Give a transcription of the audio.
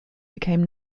became